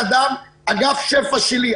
אגף שפ"ע שלי,